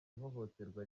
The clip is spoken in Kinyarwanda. ihohoterwa